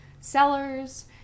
sellers